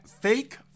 fake